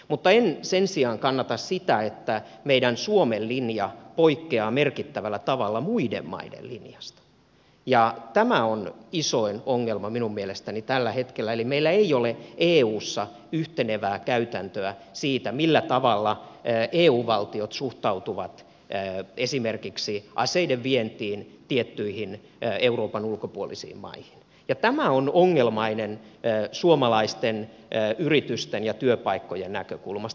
mutta en sen sijaan kannata sitä että suomen linja poikkeaa merkittävällä tavalla muiden maiden linjasta ja tämä on isoin ongelma minun mielestäni tällä hetkellä eli meillä ei ole eussa yhtenevää käytäntöä siitä millä tavalla eu valtiot suhtautuvat esimerkiksi aseiden vientiin tiettyihin euroopan ulkopuolisiin maihin ja tämä on ongelmaista suomalaisten yritysten ja työpaikkojen näkökulmasta